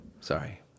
Sorry